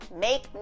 make